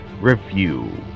review